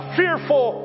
fearful